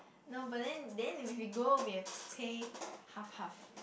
no but then then if we go we have to pay half half